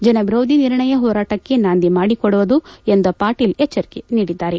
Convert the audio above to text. ಜನವಿರೋಧಿ ನಿರ್ಣಯ ಹೋರಾಟಕ್ಕೆ ನಾಂದಿ ಮಾಡಿಕೊಡುವುದು ಎಂದು ಪಾಣೀಲ್ ಎಚ್ಚಲಿಸಿದ್ದಾರೆ